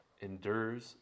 endures